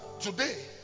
Today